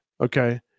Okay